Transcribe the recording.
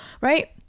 right